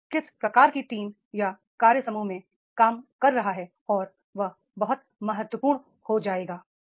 वह किस प्रकार की टीम या कार्य समूह में काम कर रहा है और वह बहुत महत्वपूर्ण हो जाएगा